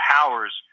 Powers